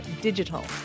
digital